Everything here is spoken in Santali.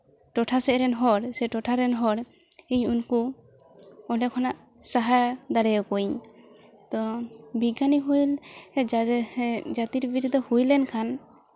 ᱴᱚᱴᱷᱟ ᱥᱮᱜ ᱨᱮᱱ ᱦᱚᱲ ᱥᱮ ᱴᱚᱴᱷᱟ ᱨᱮᱱ ᱦᱚᱲ ᱤᱧ ᱩᱱᱠᱩ ᱚᱸᱰᱮ ᱠᱷᱚᱱᱟᱜ ᱥᱟᱦᱟ ᱫᱟᱲᱮᱭᱟᱠᱚᱣᱟᱧ ᱛᱚ ᱵᱤᱠᱟᱹᱱᱤ ᱦᱳᱞ ᱡᱟᱹᱛᱤᱨ ᱵᱤᱨᱫᱟᱹ ᱦᱩᱭ ᱞᱮᱱᱠᱷᱟᱱ